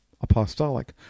apostolic